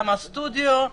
חדרי הסטודיו,